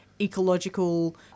ecological